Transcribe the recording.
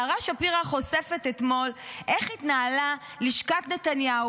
יערה שפירא חושפת אתמול איך התנהלו לשכת נתניהו